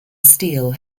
steel